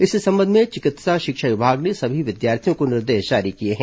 इस संबंध में चिकित्सा शिक्षा विभाग ने सभी विद्यार्थियों को निर्देश जारी किए हैं